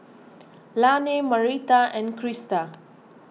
Laney Marita and Christa